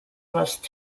must